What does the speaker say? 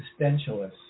existentialist